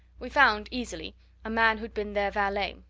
we found easily a man who'd been their valet,